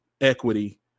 equity